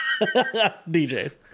DJ